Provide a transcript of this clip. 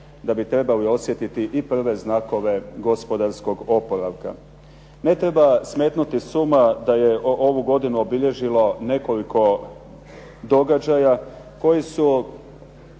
da bi trebali osjetiti i prve znakove gospodarskog oporavka. Ne treba smetnuti s uma da je ovu godinu obilježilo nekoliko događaja koji su